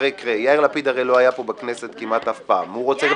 הרי יאיר לפיד לא היה פה בכנסת כמעט אף פעם -- יאללה,